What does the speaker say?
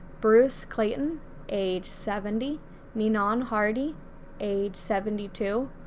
bruce clayton age seventy ninon hardie age seventy two,